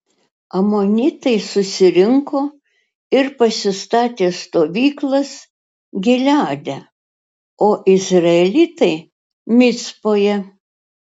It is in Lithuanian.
amonitai susirinko ir pasistatė stovyklas gileade o izraelitai micpoje